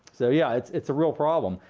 so yeah, it's it's a real problem.